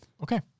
Okay